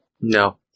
No